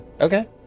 Okay